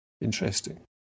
Interesting